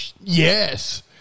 Yes